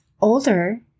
older